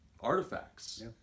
artifacts